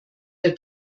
der